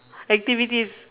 activities